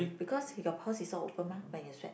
because your pores is all open mah when you sweat